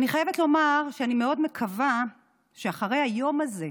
אני חייבת לומר שאני מאוד מקווה שאחרי היום הזה,